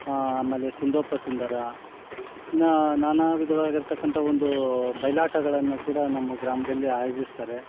ಆ ಮೇಲೆ ಸುಂದೋಪಸುಂದರು ಇನ್ನು ನಾನಾ ವಿಧವಾಗಿರ್ತಕ್ಕಂಥ ಒಂದು ಬಯಲಾಟಗಳನ್ನು ಕೂಡ ನಮ್ಮ ಗ್ರಾಮದಲ್ಲಿ ಆಯೋಜಿಸ್ತಾರೆ